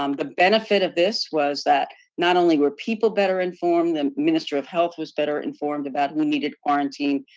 um the benefit of this was that not only were people better informed, the minister of health was better informed about who needed quarantine.